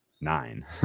nine